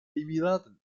emiraten